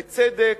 בצדק,